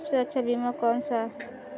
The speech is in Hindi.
सबसे अच्छा बीमा कौनसा है?